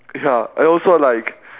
ya and also like